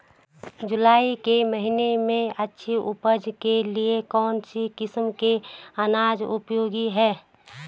जुलाई के महीने में अच्छी उपज के लिए कौन सी किस्म के अनाज उपयोगी हैं?